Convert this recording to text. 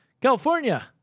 California